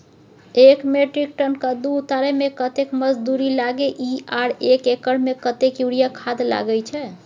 एक metric ton कद्दू उतारे में कतेक मजदूरी लागे इ आर एक एकर में कतेक यूरिया खाद लागे छै?